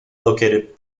located